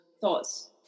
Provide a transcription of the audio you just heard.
thoughts